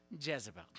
Jezebel